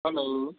hello